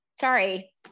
sorry